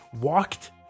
walked